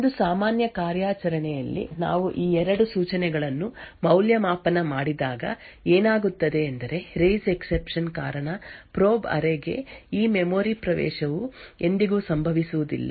ಒಂದು ಸಾಮಾನ್ಯ ಕಾರ್ಯಾಚರಣೆಯಲ್ಲಿ ನಾವು ಈ ಎರಡು ಸೂಚನೆಗಳನ್ನು ಮೌಲ್ಯಮಾಪನ ಮಾಡಿದಾಗ ಏನಾಗುತ್ತದೆ ಎಂದರೆ ರೈಸ್ ಎಕ್ಸೆಪ್ಶನ್ ಕಾರಣ ಪ್ರೋಬ್ ಅರೇ ಗೆ ಈ ಮೆಮೊರಿ ಪ್ರವೇಶವು ಎಂದಿಗೂ ಸಂಭವಿಸುವುದಿಲ್ಲ